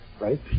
Right